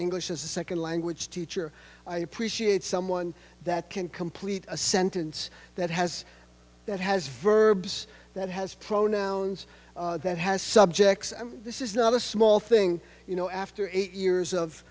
english as a second language teacher i appreciate someone that can complete a sentence that has that has verbs that has pronouns that has subjects and this is not a small thing you know after eight years of